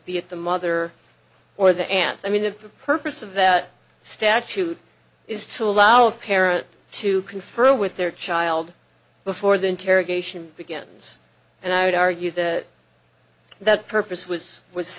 be it the mother or the aunt i mean if the purpose of the statute is to allow a parent to confer with their child before the interrogation begins and i would argue the that purpose was was